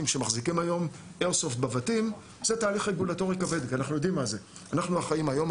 שמחזיקים היום איירסופט בבתים - זה תהליך רגולטורי כבד.